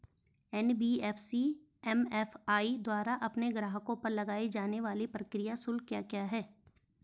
NBFC MFI द्वारा अपने ग्राहकों पर लगाए जाने वाले प्रक्रिया शुल्क क्या क्या हैं?